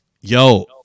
yo